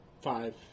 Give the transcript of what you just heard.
five